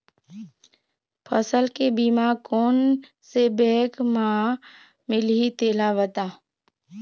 फसल के बीमा कोन से बैंक म मिलही तेला बता?